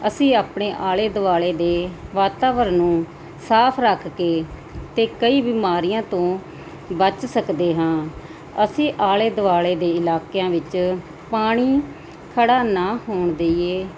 ਅਸੀਂ ਆਪਣੇ ਆਲੇ ਦੁਆਲੇ ਦੇ ਵਾਤਾਵਰਣ ਨੂੰ ਸਾਫ ਰੱਖ ਕੇ ਅਤੇ ਕਈ ਬਿਮਾਰੀਆਂ ਤੋਂ ਬਚ ਸਕਦੇ ਹਾਂ ਅਸੀਂ ਆਲੇ ਦੁਆਲੇ ਦੇ ਇਲਾਕਿਆਂ ਵਿੱਚ ਪਾਣੀ ਖੜਾ ਨਾ ਹੋਣ ਦਈਏ